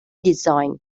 design